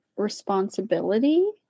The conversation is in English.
responsibility